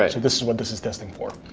and this is what this is testing for.